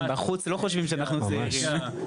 בחוץ לא חושבים שאנחנו צעירים.